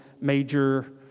major